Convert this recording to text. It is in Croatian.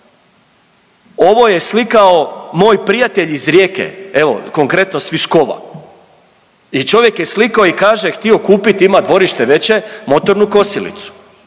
Ovo je slikao moj prijatelj iz Rijeke, evo konkretno s Viškova i čovjek je slikao i kaže htio kupit, ima dvorište veće, motornu kosilicu